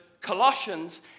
Colossians